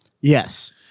yes